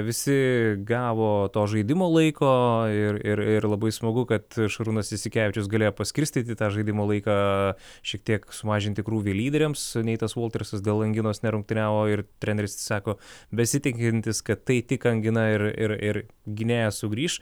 visi gavo to žaidimo laiko ir ir ir labai smagu kad šarūnas jasikevičius galėjo paskirstyti tą žaidimo laiką šiek tiek sumažinti krūvį lyderiams neitas voltersas dėl anginos nerungtyniavo ir treneris sako besitikintis kad tai tik angina ir ir ir gynėjas sugrįš